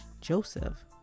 Joseph